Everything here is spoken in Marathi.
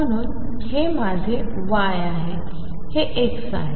म्हणून हे माझे Y आहे हे X आहे